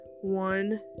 One